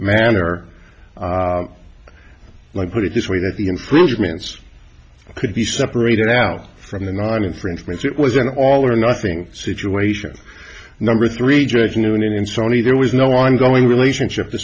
manner like put it this way that the infringements could be separated out from the non infringement it was an all or nothing situation number three judge noone in sony there was no ongoing relationship the